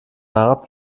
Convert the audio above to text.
herab